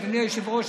אדוני היושב-ראש,